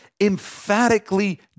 emphatically